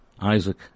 Isaac